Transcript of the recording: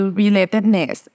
relatedness